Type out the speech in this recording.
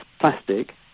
plastic